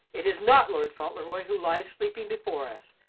it is not lord fauntleroy who lies sleeping before us,